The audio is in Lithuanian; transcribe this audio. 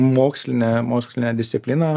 mokslinė mokslinė disciplina